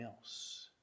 else